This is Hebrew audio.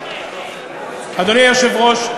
אדוני היושב-ראש,